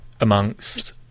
amongst